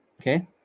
Okay